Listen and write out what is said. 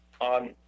on